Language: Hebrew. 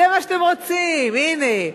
זה מה שאתם רוצים, הנה.